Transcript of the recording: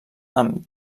amb